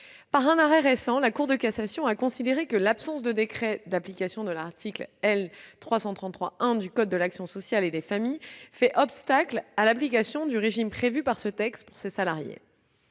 Dans un arrêt récent, la Cour de cassation a considéré que l'absence de décret d'application de l'article L. 433-1 du code de l'action sociale et des familles fait obstacle à l'application du régime prévu par ce texte pour ces salariés.